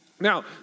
Now